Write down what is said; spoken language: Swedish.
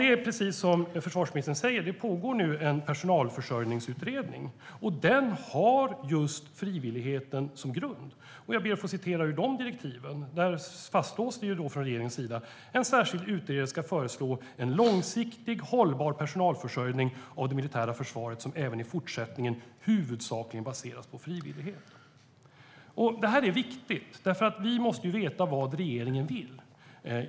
Det är precis som försvarsministern säger - det pågår en personalförsörjningsutredning. Den har just frivilligheten som grund. Jag ber att få citera ur de direktiven. Det fastslås från regeringens sida att "en särskild utredare ska föreslå en långsiktig hållbar personalförsörjning av det militära försvaret som även i fortsättningen huvudsakligen baseras på frivillighet". Det här är viktigt, för vi måste veta vad regeringen vill.